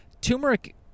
turmeric